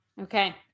Okay